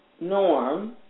norm